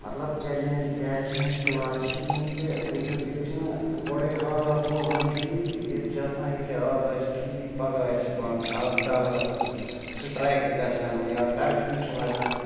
مطلب چلینٛج کیٛاہ چھِ مُشکِلات چھِ یِم کہِ وُچھ حظ ییٚتہِ چھِنہٕ گۄڈَے حالات روزان ٹھیٖک ییٚتہِ چھِ آسان اکہِ آز آسہِ ٹھیٖک پَگاہ آسہِ بنٛد ہَرتال آسَن سٕٹرایکہٕ گَژھان یا کَرفیٚو چھِ لَگان